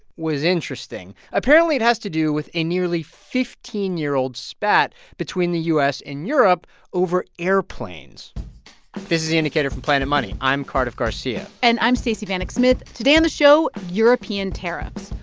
was interesting. apparently, it has to do with a nearly fifteen year old spat between the u s. and europe over airplanes this is the indicator from planet money. i'm cardiff garcia and i'm stacey vanek smith. today on the show, european tariffs.